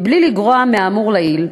בלי לגרוע מהאמור לעיל,